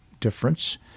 difference